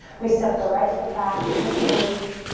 we step the right foot back, plank pose.